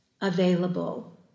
available